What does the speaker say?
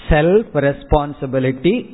Self-responsibility